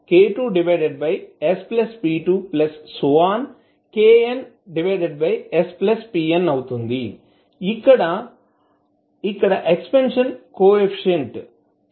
ఇక్కడ expansion coefficients k1 k2